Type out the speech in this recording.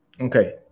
okay